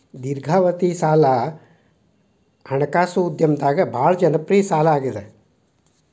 ದೇರ್ಘಾವಧಿ ಸಾಲ ಹಣಕಾಸು ಉದ್ಯಮದಾಗ ಭಾಳ್ ಜನಪ್ರಿಯ ಸಾಲವಾಗ್ಯಾದ